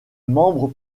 membres